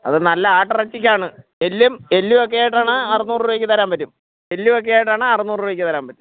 അത് നല്ല ആട്ടിറച്ചിക്കാണ് എല്ലും എല്ലുമൊക്കെ ആയിട്ടാണ് അറുനൂർ രൂപയ്ക്ക് തരാൻ പറ്റും എല്ലുമൊക്കെ ആയിട്ടാണെ അറുനൂർ രൂപയ്ക്ക് തരാൻ പറ്റും